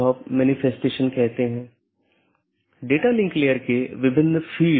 autonomous system संगठन द्वारा नियंत्रित एक इंटरनेटवर्क होता है